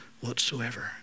whatsoever